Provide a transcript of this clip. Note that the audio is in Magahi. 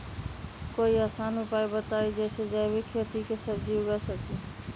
कोई आसान उपाय बताइ जे से जैविक खेती में सब्जी उगा सकीं?